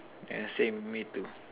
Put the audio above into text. yeah same me too